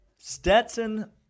Stetson